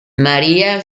maria